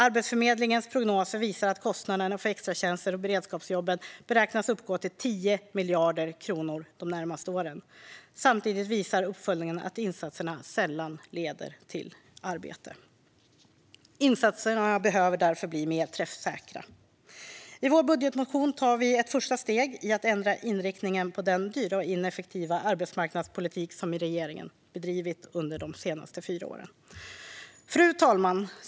Arbetsförmedlingens prognoser visar att kostnaderna för extratjänsterna och beredskapsjobben beräknas uppgå till 10 miljarder kronor de närmaste åren. Samtidigt visar uppföljningar att insatserna sällan leder till arbete. Insatserna behöver därför bli mer träffsäkra. I vår budgetmotion tar vi ett första steg i att ändra inriktning på den dyra och ineffektiva arbetsmarknadspolitik som regeringen bedrivit under de senaste fyra åren. Fru talman!